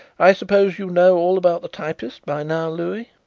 i suppose you know all about the typist by now, louis?